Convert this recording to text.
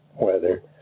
weather